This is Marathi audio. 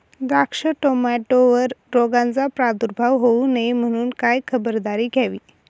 द्राक्ष, टोमॅटोवर रोगाचा प्रादुर्भाव होऊ नये म्हणून काय खबरदारी घ्यावी?